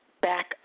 back